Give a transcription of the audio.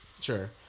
sure